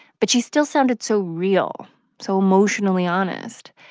but she still sounded so real so emotionally honest.